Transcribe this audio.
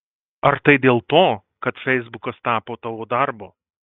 ar tai dėl to kad feisbukas tapo tavo darbu